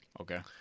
Okay